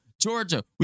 Georgia